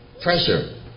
pressure